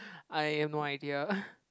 I have no idea